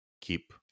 keep